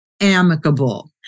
amicable